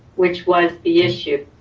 which was the issue.